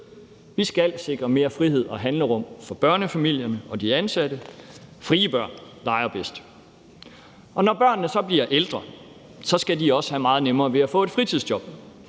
Vi skal sikre mere frihed og handlerum for børnefamilier og de ansatte. Frie børn leger bedst. Når børnene så bliver ældre, skal de også have meget nemmere ved at få et fritidsjob.